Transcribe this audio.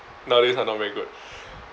nowadays I'm not very good